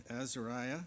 Azariah